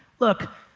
look,